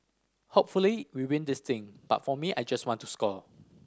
hopefully we win this thing but for me I just want to score